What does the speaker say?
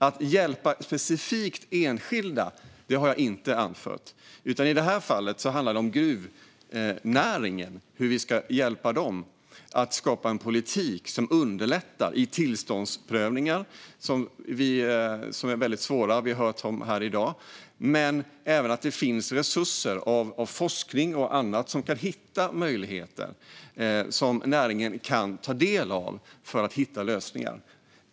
Att specifikt hjälpa enskilda har jag inte anfört, utan i det här fallet handlar det om gruvnäringen och hur vi ska hjälpa den och skapa en politik som underlättar vid tillståndsprövning, vilka är väldigt svåra, som vi har här i dag. Det behöver även finnas resurser för forskning och annat som kan hitta möjligheter som näringen kan ta del av för att hitta lösningar.